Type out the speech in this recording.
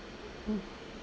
um